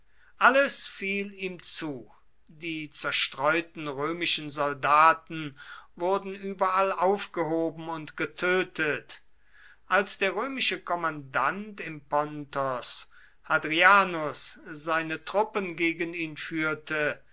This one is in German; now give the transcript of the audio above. alles fiel ihm zu die zerstreuten römischen soldaten wurden überall aufgehoben und getötet als der römische kommandant im pontos hadrianus seine truppen gegen ihn führte